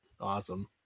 awesome